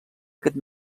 aquest